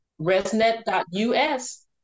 ResNet.us